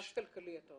קנס כלכלי.